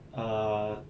err